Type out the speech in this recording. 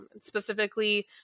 specifically